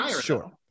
Sure